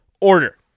order